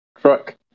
truck